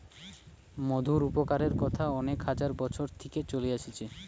মধুর উপকারের কথা অনেক হাজার বছর থিকে চলে আসছে